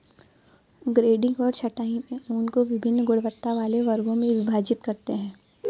grading और छँटाई में ऊन को वभिन्न गुणवत्ता वाले वर्गों में विभाजित करते हैं